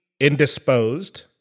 indisposed